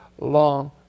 long